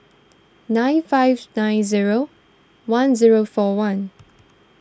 nine five nine zero one zero four one